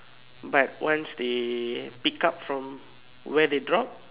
but once they pick up from where they drop